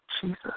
Jesus